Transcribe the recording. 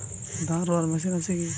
ধান রোয়ার মেশিন আছে কি?